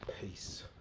Peace